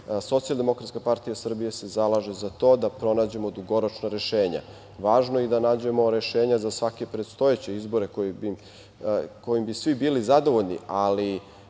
i nekoliko meseci, SDPS se zalaže za to da pronađemo dugoročna rešenja. Važno je i da nađemo rešenja za svake predstojeće izbore kojim bi svi bili zadovoljni, ali